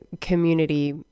community